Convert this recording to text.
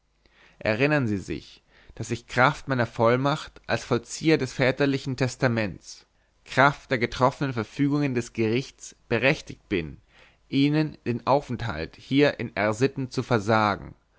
erinnern sie sich daß ich kraft meiner vollmacht als vollzieher des väterlichen testaments kraft der getroffenen verfügungen des gerichts berechtigt bin ihnen den aufenthalt hier in r sitten zu versagen